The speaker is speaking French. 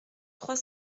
trois